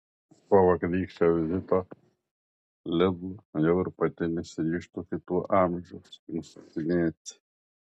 po vakarykščio vizito lidl jau ir pati nesiryžtu kitų amžiaus nustatinėti